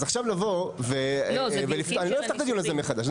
אז עכשיו לבוא, אני לא אפתח את הדיון הזה מחדש.